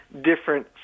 different